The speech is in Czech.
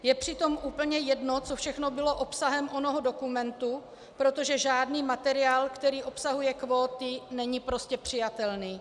Je přitom úplně jedno, co všechno bylo obsahem onoho dokumentu, protože žádný materiál, který obsahuje kvóty, není prostě přijatelný.